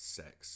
sex